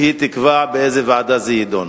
שתקבע באיזו ועדה הוא יידון.